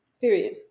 period